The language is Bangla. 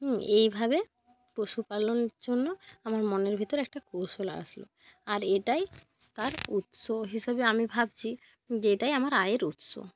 এইভাবে পশুপালনের জন্য আমার মনের ভিতর একটা কৌশল আসলো আর এটাই তার উৎস হিসাবে আমি ভাবছি যে এটাই আমার আয়ের উৎস